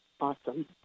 Awesome